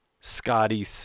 Scotty